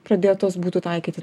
pradėtos būtų taikyti